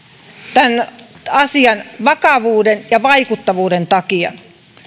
tämän asian vakavuuden ja vaikuttavuuden takia